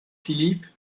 philipe